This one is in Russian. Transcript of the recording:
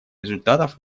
результатов